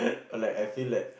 or like I feel like